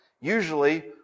Usually